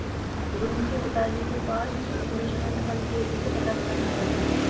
गुनगुन के पिताजी के पास इंवेस्टमेंट फ़ंड के लिए पचास लाख रुपए है